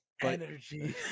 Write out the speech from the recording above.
energy